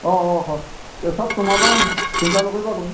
অঁ অঁ অঁ হয় চব তোমাৰ পৰাই আনিম চিন্তা নকৰিবা তুমি